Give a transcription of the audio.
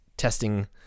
testing